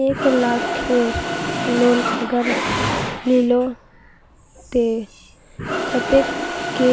एक लाख केर लोन अगर लिलो ते कतेक कै